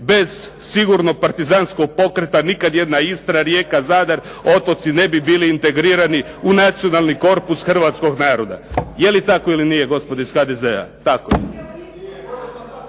Bez sigurno partizanskog pokreta nikad jedna Istra, Rijeka, Zadar, otoci ne bi bili integrirani u nacionalni korpus hrvatskog naroda. Je li tako ili nije gospodo iz HDZ-a? Tako